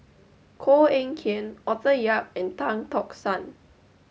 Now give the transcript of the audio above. Koh Eng Kian Arthur Yap and Tan Tock San